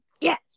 yes